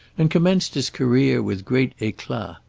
and commenced his career with great eclat.